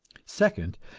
second,